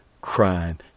crime